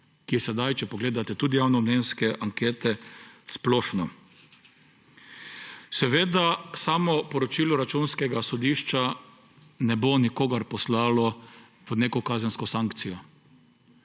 ki je sedaj, če pogledate tudi javnomnenjske ankete, splošno. Seveda samo poročilo Računskega sodišča ne bo nikogar poslalo v neko kazensko sankcijo.